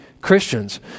Christians